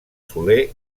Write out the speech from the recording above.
soler